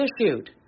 issued